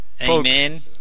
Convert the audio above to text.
Amen